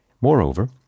Moreover